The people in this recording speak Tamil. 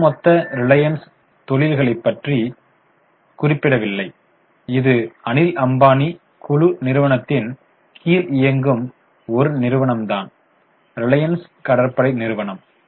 ஒட்டு மொத்த ரிலையன்ஸ் தொழில்களை பற்றி குறிப்பிடவில்லை இது அனில் அம்பானி குழு நிறுவனத்தின் கீழ் இயங்கும் ஒரு நிறுவனம்தான் ரிலையன்ஸ் கடற்படை நிறுவனம்